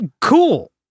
cool